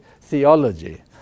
theology